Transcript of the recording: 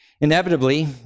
Inevitably